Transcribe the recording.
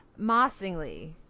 mossingly